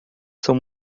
são